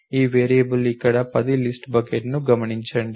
ఈ వేరియబుల్ ఇక్కడ 10 లిస్ట్ బకెట్ను గమనించండి